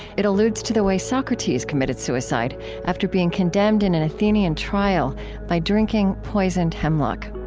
it alludes to the way socrates committed suicide after being condemned in an athenian trial by drinking poisoned hemlock